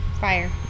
Fire